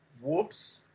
Whoops